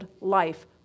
life